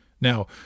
Now